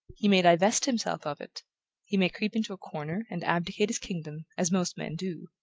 he may divest himself of it he may creep into a corner, and abdicate his kingdom, as most men do,